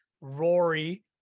Rory